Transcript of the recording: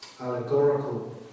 allegorical